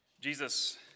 Jesus